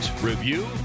review